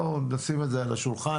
בואו נשים את זה על השולחן.